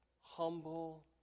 humble